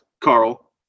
Carl